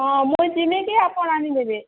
ହଁ ମୁଁଇ ଜିମିକି କି ଆପଣ ଆଣିଦେବେ